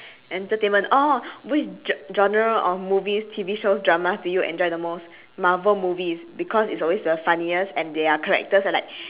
entertainment oh which ge~ genre of movies T_V shows dramas do you enjoy the most marvel movies because it's always the funniest and their characters are like